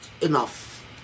enough